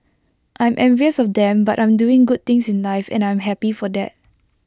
I'm envious of them but I'm doing good things in life and I am happy for that